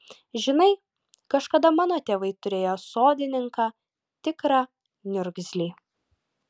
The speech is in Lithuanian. žinai kažkada mano tėvai turėjo sodininką tikrą niurgzlį